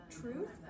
truth